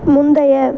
முந்தைய